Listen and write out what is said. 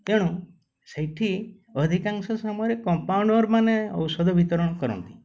ତେଣୁ ସେଇଠି ଅଧିକାଂଶ ସମୟରେ କମ୍ପାଉଣ୍ଡର୍ ମାନେ ଔଷଧ ବିତରଣ କରନ୍ତି